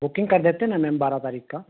booking कर देते हैं ना मैम बारह तारीख का